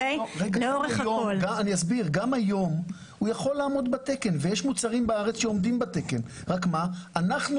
גם היום הוא יכול לעמוד בתקן ויש בארץ מוצרים שעומדים בתקן אלא שאנחנו,